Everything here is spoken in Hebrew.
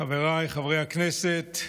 חבריי חברי הכנסת,